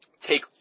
take